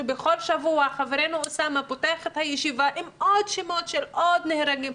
שבכל שבוע חברנו אוסאמה פותח את הישיבה עם עוד שמות של עוד נהרגים,